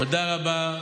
תודה רבה.